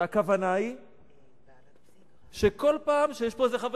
והכוונה היא שכל פעם שיש פה איזה חבר